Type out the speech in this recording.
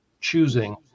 choosing